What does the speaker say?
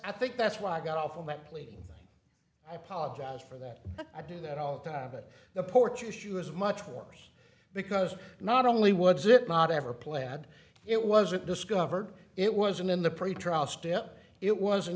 i think that's why i got off on that pleading i apologize for that i do that all the time that the porch issue is much worse because not only was it not ever plaid it wasn't discovered it wasn't in the pretrial step it wasn't